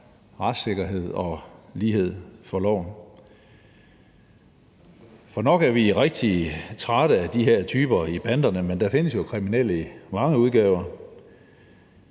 retssikkerhed og lighed for loven. For nok er vi rigtig trætte af de her typer i banderne, men der findes jo kriminelle i mange udgaver